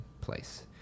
place